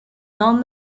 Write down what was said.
non